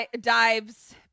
dives